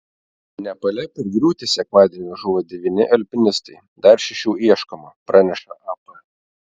nepale per griūtį sekmadienį žuvo devyni alpinistai dar šešių ieškoma praneša ap